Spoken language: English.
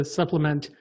supplement